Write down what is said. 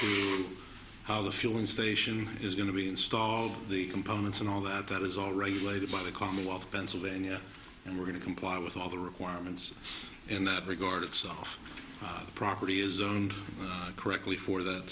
to how the fueling station is going to be installed the components and all that that is all regulated by the commonwealth of pennsylvania and we're going to comply with all the requirements in that regard itself the property is owned correctly for that